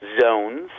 zones